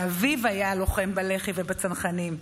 שאביו היה לוחם בלח"י ובצנחנים,